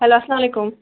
hello السلام علیکُم